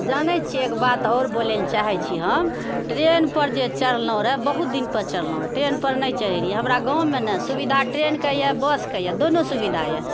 जानय छियै एक बात आओर बोलय लऽ चाहय छी हम ट्रेन पर जे चढ़लहुँ रहय बहुत दिन पर चढ़लहुँ ट्रेन पर नहि चढ़य रहियै हमरा गाँवमे नहि सुविधा ट्रेनके यऽ बसके यऽ दुनू सुविधा यऽ